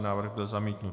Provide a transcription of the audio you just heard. Návrh byl zamítnut.